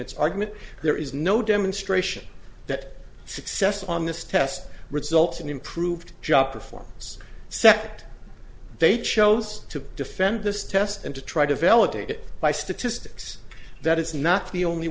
its argument there is no demonstration that success on this test results in improved job performance sect they chose to defend this test and to try to validate it by statistics that is not the only